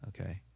Okay